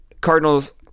Cardinals